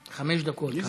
דקות.